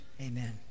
amen